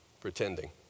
pretending